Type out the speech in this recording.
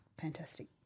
fantastic